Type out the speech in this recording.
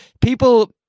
People